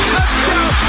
Touchdown